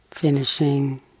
Finishing